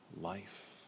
life